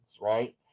right